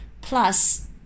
Plus